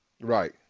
Right